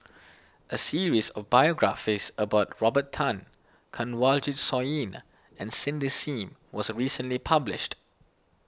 a series of biographies about Robert Tan Kanwaljit Soin and Cindy Sim was recently published